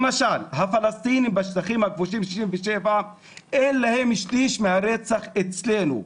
למשל הפלסטינים בשטחים הכבושים מ-67 אין להם שליש מהרצח אצלנו.